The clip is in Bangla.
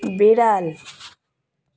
বেড়াল